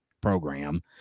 program